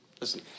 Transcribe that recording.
Listen